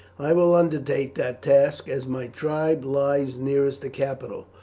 i will undertake that task, as my tribe lies nearest the capital,